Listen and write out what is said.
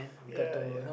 ya ya